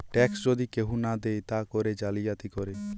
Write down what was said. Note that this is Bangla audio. ট্যাক্স যদি কেহু না দেয় তা করে জালিয়াতি করে